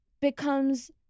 becomes